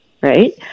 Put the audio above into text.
right